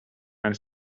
and